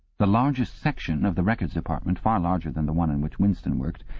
the largest section of the records department, far larger than the one on which winston worked,